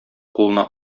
кулына